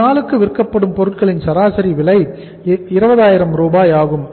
ஒருநாளுக்கு விற்கப்படும் பொருட்களின் சராசரி விலை 20000 ஆகும்